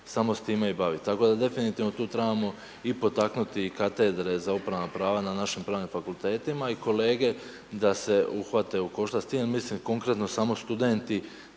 samo s time i bavi. Tako da definitivno tu trebamo i potaknuti katedre za upravna prava na našim pravnim fakultetima i kolege da se uhvate u koštac s tim, mislim konkretno samo studenti